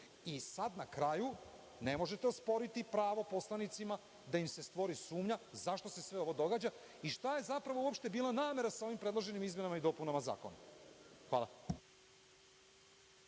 Sada na kraju ne možete osporiti pravo poslanicima da im se stvori sumnja zašto se sve ovo događa i šta je zapravo bila namera sa ovim predloženim izmenama i dopunama zakona. Hvala.